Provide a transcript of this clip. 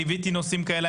ליוויתי נושאים כאלה,